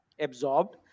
absorbed